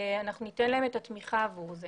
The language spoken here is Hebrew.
אנחנו ניתן להם את התמיכה עבור זה